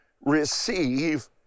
receive